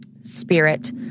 spirit